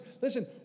listen